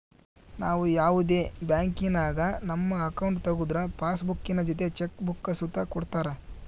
ನಾವು ಯಾವುದೇ ಬ್ಯಾಂಕಿನಾಗ ನಮ್ಮ ಅಕೌಂಟ್ ತಗುದ್ರು ಪಾಸ್ಬುಕ್ಕಿನ ಜೊತೆ ಚೆಕ್ ಬುಕ್ಕ ಸುತ ಕೊಡ್ತರ